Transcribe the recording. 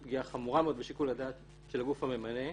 היא פגיעה חמורה מאוד בשיקול הדעת של הגוף הממנה,